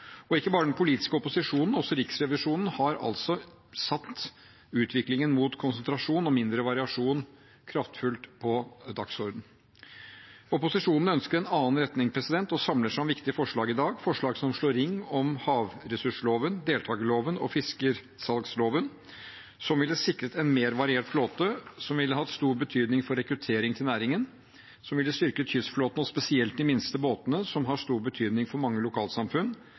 Ikke bare den politiske opposisjonen, men også Riksrevisjonen har satt utviklingen mot konsentrasjon og mindre variasjon kraftfullt på dagsordenen. Opposisjonen ønsker en annen retning og samler seg om viktige forslag i dag, forslag som slår ring om havressursloven, deltakerloven og fiskesalgsloven, som ville sikret en mer variert flåte, som ville hatt stor betydning for rekruttering til næringen, som ville styrket kystflåten og spesielt de minste båtene som har stor betydning for mange lokalsamfunn,